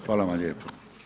Hvala vam lijepo.